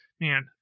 Man